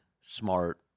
smart